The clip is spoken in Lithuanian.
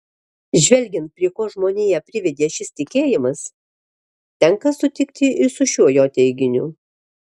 žvelgiant prie ko žmoniją privedė šis tikėjimas tenka sutikti ir su šiuo jo teiginiu